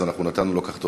אז אנחנו נתנו לו תוספת,